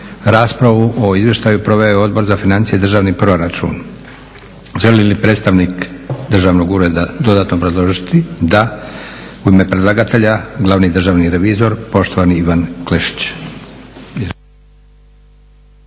Raspravu o izvještaju proveo je Odbor za financije i državni proračun. Želi li predstavnik državnog ureda dodatno obrazložiti? Da. U ime predlagatelja Glavni državni revizor poštovani Ivan Klešić.